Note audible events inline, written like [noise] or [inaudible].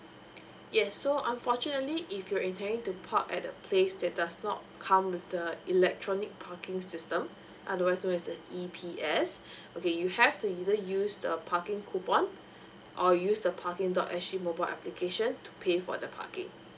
yes so unfortunately if you're intending to park at the place that does not come with the electronic parking system [breath] otherwise known as the E_P_S [breath] okay you have to either use the parking coupon [breath] or use the parking dot s g mobile application to pay for the parking